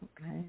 Okay